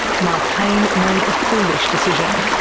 mark payne made a foolish decision.